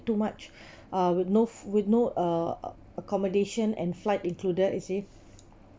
too much uh with no f~ with no uh accommodation and flight included you see